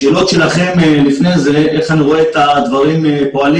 לשאלות שלכם מלפני זה: איך אני רואה את הדברים פועלים,